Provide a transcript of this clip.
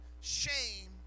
shame